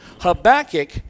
Habakkuk